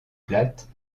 plate